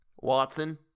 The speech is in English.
Watson